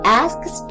asks